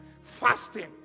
fasting